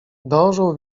dążył